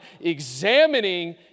examining